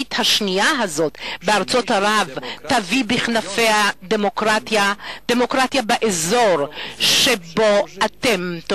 הלאומית האחרת הזאת בארצות ערב תביא בכנפיה דמוקרטיה באזור שבו אתם,